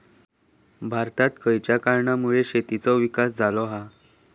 भारतात खयच्या कारणांमुळे शेतीचो विकास झालो हा?